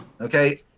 Okay